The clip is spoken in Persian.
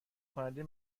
کننده